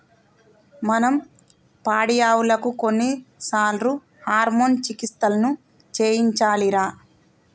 మనం పాడియావులకు కొన్నిసార్లు హార్మోన్ చికిత్సలను చేయించాలిరా